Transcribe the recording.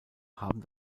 haben